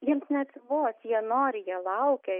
jiems neatsibos jie nori jie laukia